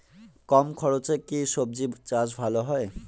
কম খরচে কি সবজি চাষ ভালো হয়?